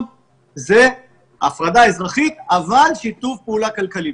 זה הפרדה אזרחית אבל שיתוף פעולה כלכלי.